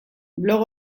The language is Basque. blog